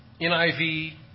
NIV